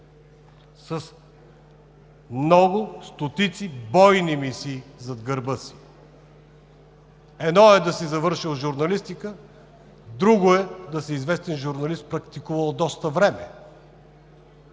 – със стотици бойни мисии зад гърба си. Едно е да си завършил журналистика, друго е да си известен журналист практикувал доста време.